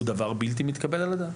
הוא דבר בלתי מתקבל על הדעת.